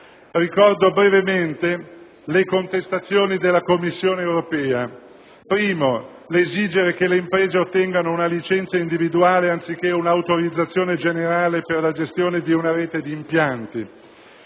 Ricordo brevemente le contestazioni della Commissione europea: l'esigere che le imprese ottengano una licenza individuale anziché una autorizzazione generale per la gestione di una rete di impianti;